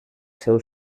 seu